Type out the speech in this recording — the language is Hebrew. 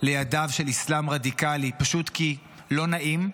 לידיו של אסלאם רדיקלי, פשוט כי לא נעים,